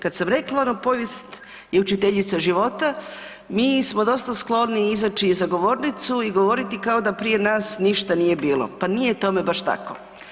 Kad sam rekla ono povijest je učiteljica života mi smo dosta skloni izaći za govornicu i govoriti kao da prije nas ništa nije bilo, pa nije tome baš tako.